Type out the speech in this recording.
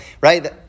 right